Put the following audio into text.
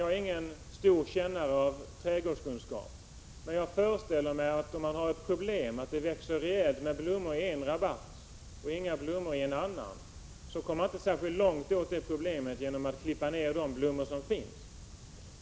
Jag har inte några större kunskaper i trädgårdsodling, men jag föreställer mig att om man som trädgårdsodlare har problem med att det växer rejält med blommor i en rabatt men inga blommor i en annan, löser man inte det problemet genom att klippa ner de blommor som finns.